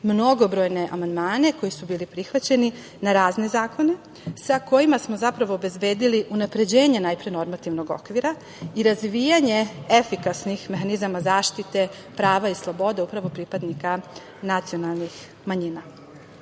mnogobrojne amandmane koji su bili prihvaćeni na razne zakone, sa kojima smo se zapravo obezbedili unapređenje najpre normativnog okvira i razvijanje efikasnih mehanizama zaštite prava i slobode upravo pripadnika nacionalnih manjina. Oba